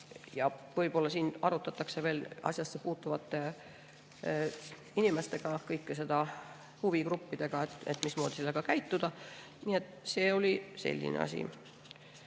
Võib-olla siin arutatakse veel asjasse puutuvate inimestega, huvigruppidega, mismoodi käituda. Nii et see oli selline asi.